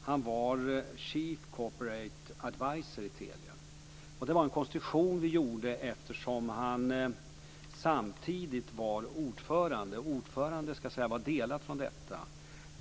Han var chief corporate adviser i Telia. Det var en konstruktion som gjordes eftersom han samtidigt var ordförande. Ordföranden var delad från detta.